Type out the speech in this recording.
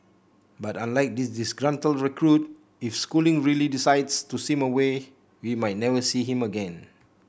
but unlike this disgruntled recruit if schooling really decides to swim away we might never see him again